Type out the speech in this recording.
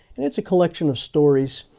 and it's a collection of stories.